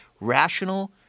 rational